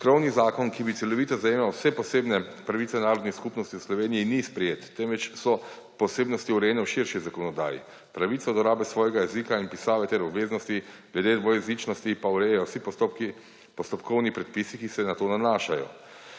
Krovni zakon, ki bi celovito zajemal vse posebne pravice narodnih skupnosti v Sloveniji, ni sprejet, temveč so posebnosti urejene v širši zakonodaji. Pravico do rabe svojega jezika in pisave ter obveznosti glede dvojezičnosti pa urejajo vsi postopkovni predpisi, ki se na to nanašajo.